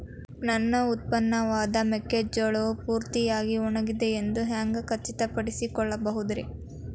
ನನ್ನ ಉತ್ಪನ್ನವಾದ ಮೆಕ್ಕೆಜೋಳವು ಪೂರ್ತಿಯಾಗಿ ಒಣಗಿದೆ ಎಂದು ಹ್ಯಾಂಗ ಖಚಿತ ಪಡಿಸಿಕೊಳ್ಳಬಹುದರೇ?